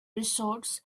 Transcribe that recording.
restores